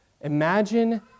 Imagine